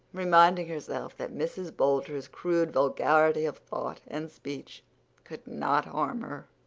reminding herself that mrs. boulter's crude vulgarity of thought and speech could not harm her.